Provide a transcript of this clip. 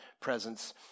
presence